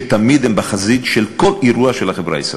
שתמיד הם בחזית של כל אירוע בחברה הישראלית.